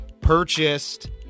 purchased